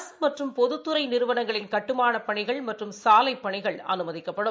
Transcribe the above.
அரசுமற்றும் பொதுத்துறைநிறுவனங்களின் கட்டுமானப் பணிகள் சாலைக்கிகள் மற்றும் அனுமதிக்கப்படும்